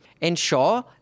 Ensure